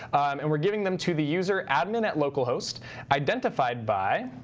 and we're giving them to the user admin at local host identified by